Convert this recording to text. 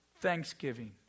thanksgiving